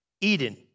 Eden